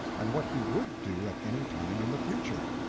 and what he would do at any time in the future.